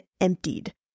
emptied